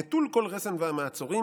נטול כל רסן ומעצורים.